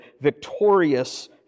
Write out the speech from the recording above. victorious